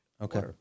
Okay